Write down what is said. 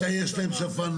יש תשובה?